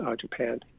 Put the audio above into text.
Japan